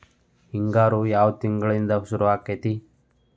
ಹಿಂಗಾರು ಯಾವ ತಿಂಗಳಿನಿಂದ ಶುರುವಾಗತೈತಿ?